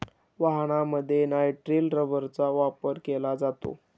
वाहनांमध्ये नायट्रिल रबरचा वापर केला जातो